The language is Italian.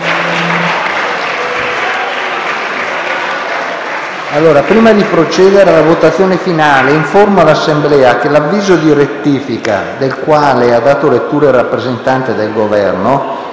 Prima di procedere alla votazione finale, informo l'Assemblea che l'avviso di rettifica del quale ha dato lettura il rappresentante del Governo